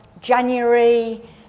January